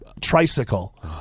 tricycle